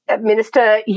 Minister